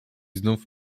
znów